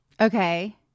Okay